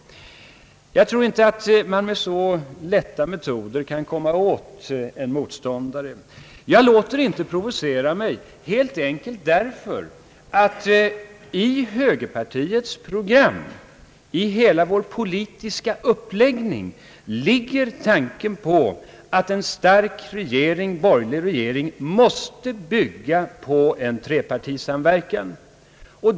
Jag tror inte att man kan komma åt en motståndare med så enkla metoder. Jag låter inte provocera mig, helt enkelt därför att i högerpartiets program och hela vår politiska uppläggning ingår tanken att en starkt borgerlig regering måste bygga på en trepartisamverkan.